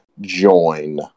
join